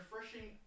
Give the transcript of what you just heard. Refreshing